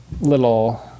little